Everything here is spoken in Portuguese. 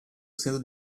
sendo